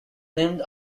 named